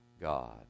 God